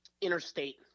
interstate